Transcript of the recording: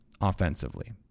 offensively